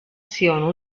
siano